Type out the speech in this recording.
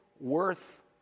worth